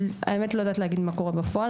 האמת, אני לא יודעת להגיד מה קורה בפועל.